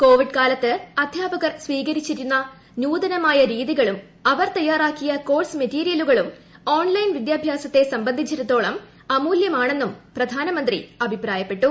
Covid കാലത്ത് അദ്ധ്യാപകർ സ്വീകരിച്ചിരിക്കുന്ന നൂതനമായ രീതികളും അവർ തയ്യാറാക്കിയ കോഴ്സ് മെറ്റീരിയലുകളും ഓൺലൈൻ വിദ്യാഭ്യാസത്തെ സംബന്ധിച്ചിടത്തോളം അമൂലൃമാണെന്നും പ്രധാനമന്ത്രി പറഞ്ഞു